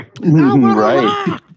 Right